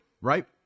right